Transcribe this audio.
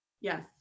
Yes